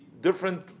different